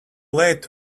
late